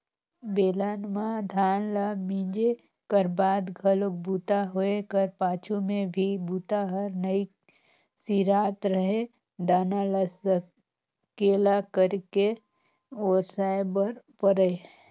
बेलन म धान ल मिंजे कर बाद घलोक बूता होए कर पाछू में भी बूता हर नइ सिरात रहें दाना ल सकेला करके ओसाय बर परय